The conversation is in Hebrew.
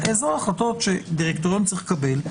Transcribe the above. איזה החלטות שדירקטוריון צריך לקבל,